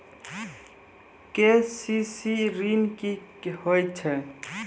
KCC ॠन की होय छै?